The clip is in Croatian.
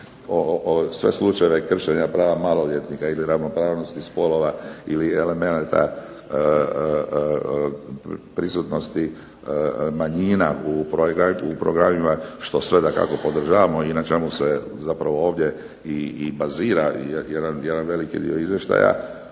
sve slučajeve kršenja prava maloljetnika ili ravnopravnosti spolova ili elemenata prisutnosti manjina u programima, što sve dakako podržavamo i na čemu se zapravo ovdje i bazira jedan veliki dio izvještaja,